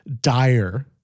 dire